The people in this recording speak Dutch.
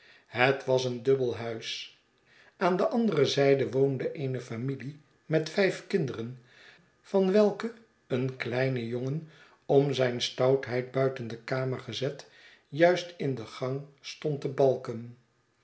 het was een dubbel huis aan de andere zyde woonde eene familie met vijf kinderen van welke een kleine jongen om zijne stoutheid buiten de kamer gezet juist in den gang stond te balken